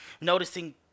Noticing